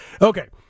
Okay